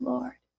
Lord